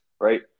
right